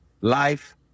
life